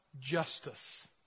justice